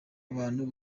abantu